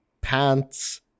pants